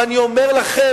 ואני אומר לכם,